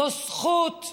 זו זכות,